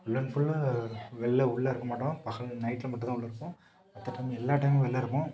ஃபுல்ல and full வெளில் உள்ள இருக்க மாட்டோம் பகல் நைட்டில் மட்டும் தான் உள்ள இருப்போம் மற்ற டைம் எல்லா டைமும் வெளில் இருப்போம்